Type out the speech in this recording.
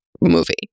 movie